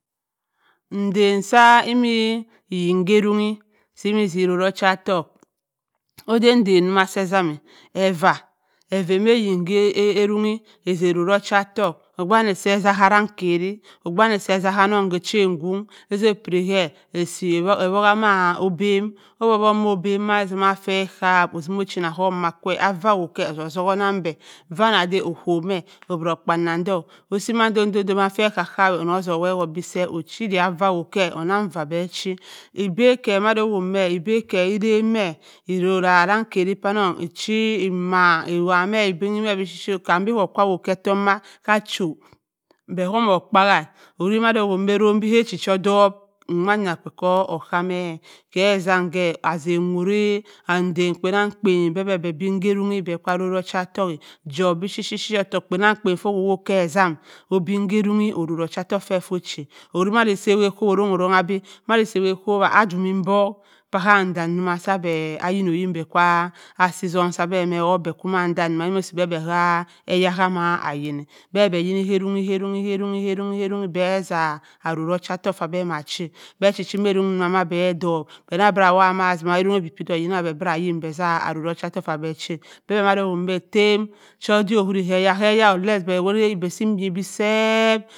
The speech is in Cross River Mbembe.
Nndan sa emmi oyin kee-arronyi si-mi zah oroau ocha-ottoku oda nndan ma se etzam-a eva, eva amma. ayin ka arrong-ee aza ororyi ocha-ottoku ogbe wani seu zau ka arrangkari ogbe wani oz ouh ka annong agun gbuitt osu piri me o’si ewott ma obeh owop-wop ma obeu me fe kap, ozini chinna ohom kwa a va abi ahok ke ozuha onnang be va nada okwp me obirro okpa-annam odok osi man do-da moa pee kap-kap-w ono osu owo-ewott be sebp ochi da da abhouk ke onnang va pee achi ebap ke mando owo me ebap arrang me oro-rabhu arankari panonng ochi-e ema owowa me ababu-me byuri chitt kann be kwu ka etomam k’acho be wommo okp-e owuri be a ochi obop nwa-yi fe ko okka me ke ezam me azen wuri mndan kpannang kpan be deen ka-arronyi onori ocha ottoku chop bipuyiri ottoku kpannang kpan fo owott ke ezem obin ka arronyi orori ocha-oko fo ochi owuri be sa awott okkop orronng-orong be awatt-akkuwa a dunni odok pa buanng ma be ayin-oyin be a ka si ozum cha-be me or be ku-manda-a ke omo’si be kaya annma ayin bue-bue be yine ka arronnyi, arronny arronngi be za aroryi o cha-ottouk che be ma chi-a be achi ma arronyi ma be abhop be na awowa-ma arronng a pyi-pyi odok be abira ayn odok zah arroryi ocha-ottoku sa pee chi be be manda owowa me ettem so owoyri eke eya be aroryi iba a minm be seep.